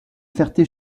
ferté